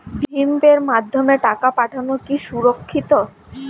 ভিম পের মাধ্যমে টাকা পাঠানো কি সুরক্ষিত?